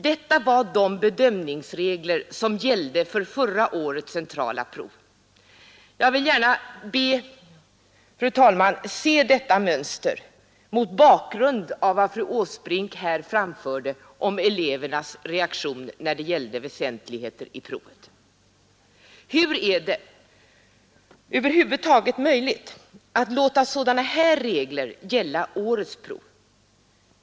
Detta var de bedömningsregler som gällde för förra årets centrala prov. Jag vill, fru talman, gärna be utbildningsministern se detta mönster mot bakgrund av vad fru Åsbrink här framförde om elevernas reaktion när det gällde väsentligheter i proven. Hur är det över huvud taget möjligt att låta sådana här regler gälla för årets prov?